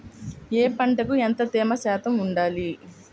ఏ పంటకు ఎంత తేమ శాతం ఉండాలి?